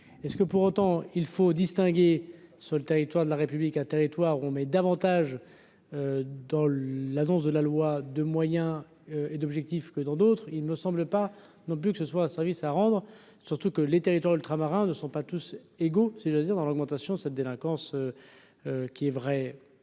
est-ce que pour autant il faut distinguer sur le territoire de la République, un territoire où on met davantage dans l'annonce de la loi de moyens et d'objectifs que dans d'autres, il me semble pas non plus que ce soit un service à rendre surtout que les territoires ultramarins ne sont pas tous égaux, si j'ose dire dans l'augmentation de cette délinquance qui est vrai,